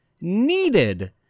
needed